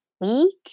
week